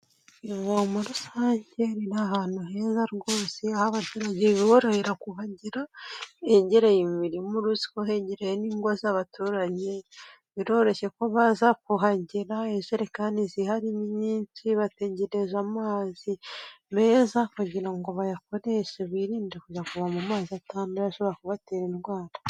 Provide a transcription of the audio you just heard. Ivomo rusange riri ahantu heza rwose, aho abaturage biborohera kuhagera, hegereye imirim uruzi ko hegereye n'ingo z'abaturage, biroroshye ko baza kuhagera, ijerekani zihari ni nyinshi, bategereje amazi meza kugira ngo bayakoreshe, birinde kujya kuvoma amazi atanduye ashobora kubatera indwara.